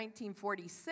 1946